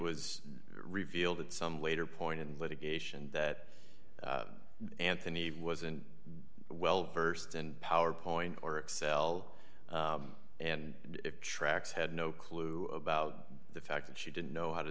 was revealed at some later point in litigation that anthony wasn't well versed in power point or excel and tracks had no clue about the fact that she didn't know how to